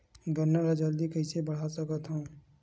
गन्ना ल जल्दी कइसे बढ़ा सकत हव?